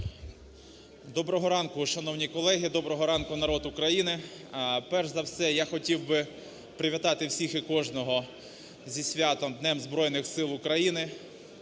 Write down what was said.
Доброго ранку, шановні колеги. Доброго ранку, народ України. Перш за все я хотів би привітати всіх і кожного зі святом – Днем Збройних Сил України.